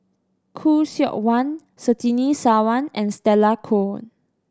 Khoo Seok Wan Surtini Sarwan and Stella Kon